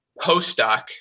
Postdoc